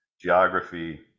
geography